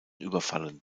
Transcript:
überfallen